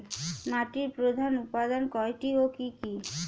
মাটির প্রধান উপাদান কয়টি ও কি কি?